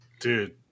Dude